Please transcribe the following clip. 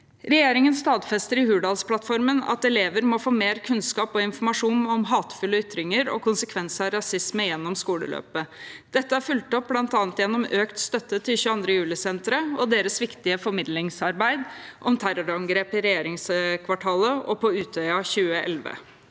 Regjeringen stadfester i Hurdalsplattformen at elever må få mer kunnskap og informasjon om hatefulle ytringer og konsekvenser av rasisme gjennom skoleløpet. Dette er fulgt opp bl.a. gjennom økt støtte til 22. julisenteret og deres viktige formidlingsarbeid om terrorangrepet i regjeringskvartalet og på Utøya i 2011.